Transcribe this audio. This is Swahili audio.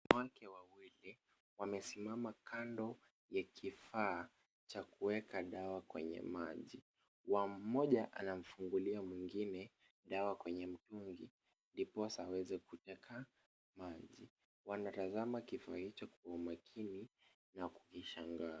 Wanawake wawili wamesimama kando ya kifaa cha kuweka dawa kwenye maji. Mmoja anamfungulia mwengine dawa kwenye mtungi ndiposa aweze kuteka maji. Wanatazama kifaa hicho kwa umakini na kukishangaa.